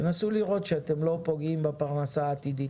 תנסו לראות שאתם לא פוגעים בפרנסה העתידית